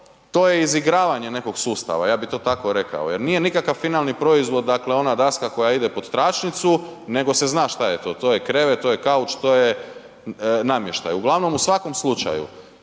to je izigravanje nekog sustava, ja bi to tako rekao. Jel nije nikakav finalni proizvod ona daska koja ide pod tračnicu nego se zna šta je to, to je krevet, to je kauč, to je namještaj. Uglavnom u svakom slučaju